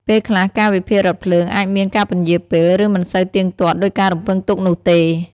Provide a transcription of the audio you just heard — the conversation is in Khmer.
ពេលខ្លះ កាលវិភាគរថភ្លើងអាចមានការពន្យារពេល ឬមិនសូវទៀងទាត់ដូចការរំពឹងទុកនោះទេ។